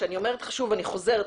שאני אומרת לך שוב ואני חוזרת,